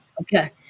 Okay